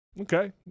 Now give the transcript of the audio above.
Okay